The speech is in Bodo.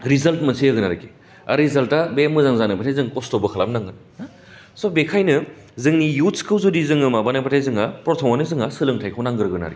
रिजाल्ट मोनसे होगोन आर रिजाल्टा बे मोजां जानायबाथाइ जों खस्टबो खालाम नांगोन स' बेखायनो जोंनि इउद्सखौ जुदि जोङो माबानाय बाथाय जोङो फ्रटमावनो जोङा सोलोंथायखौ नांगोरगोन आरखि